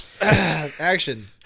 Action